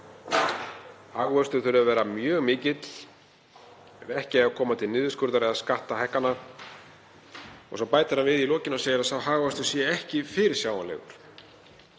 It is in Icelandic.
hagvöxtur þurfi að vera mjög mikill ef ekki eigi að koma til niðurskurðar eða skattahækkana. Svo bætir hann við í lokin og segir að sá hagvöxtur sé ekki fyrirsjáanlegur.